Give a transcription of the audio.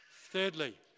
Thirdly